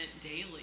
daily